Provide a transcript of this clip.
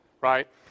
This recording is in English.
right